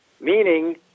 meaning